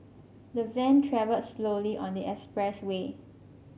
the van travelled slowly on the express way